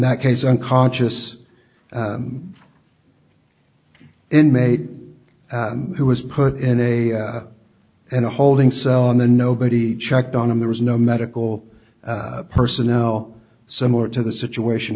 that case unconscious inmate who was put in a in a holding cell in the nobody checked on him there was no medical personnel similar to the situation